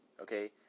okay